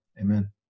amen